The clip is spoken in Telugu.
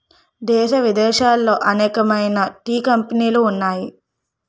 దేశ విదేశాలలో అనేకమైన టీ కంపెనీలు ఉన్నాయి